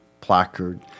placard